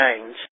change